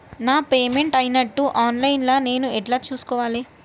నా పేమెంట్ అయినట్టు online లా నేను ఎట్ల చూస్కోవాలే?